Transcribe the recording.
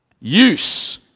use